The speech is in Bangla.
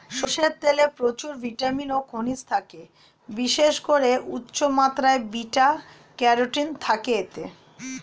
সরষের তেলে প্রচুর ভিটামিন ও খনিজ থাকে, বিশেষ করে উচ্চমাত্রার বিটা ক্যারোটিন থাকে এতে